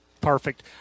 Perfect